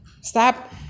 Stop